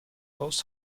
post